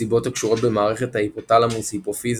סיבות הקשורות במערכת ההיפותלמוס-היפופיזה,